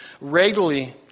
regularly